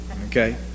Okay